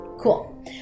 Cool